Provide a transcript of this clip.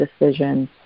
decisions